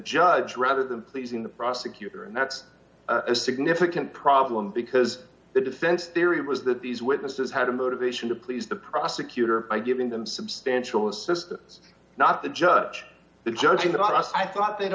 judge rather than pleasing the prosecutor and that's a significant problem because the defense theory was that these witnesses had a motivation to please the prosecutor i given them substantial assistance not the judge the judge in the last i thought they'd